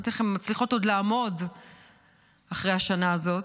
אני לא יודעת איך הן מצליחות עוד לעמוד אחרי השנה הזאת,